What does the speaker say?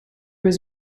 was